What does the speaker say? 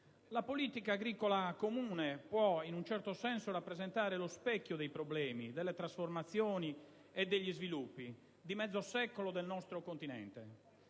La politica agricola comune può in un certo senso rappresentare le specchio dei problemi, delle trasformazioni e degli sviluppi di mezzo secolo del nostro continente.